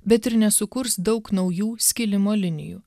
bet ir nesukurs daug naujų skilimo linijų